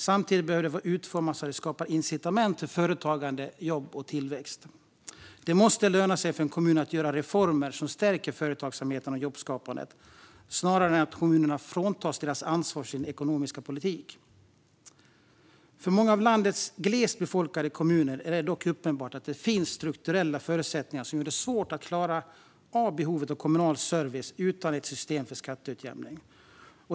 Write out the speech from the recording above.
Samtidigt behöver det vara utformat så att det skapar incitament för företagande, jobb och tillväxt. Det måste löna sig för en kommun att göra reformer som stärker företagsamheten och jobbskapandet, snarare än att kommunerna fråntas ansvaret för sin ekonomiska politik. För många av landets glest befolkade kommuner är det dock uppenbart att det finns strukturella förutsättningar som gör det svårt att klara behovet av kommunal service utan ett system för skatteutjämning.